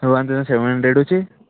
one thousand seven हंड्रेडूच